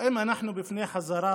אם אנחנו בפני חזרה